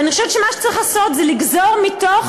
ואני חושבת שמה שצריך לעשות זה לגזור מתוך